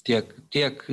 tiek tiek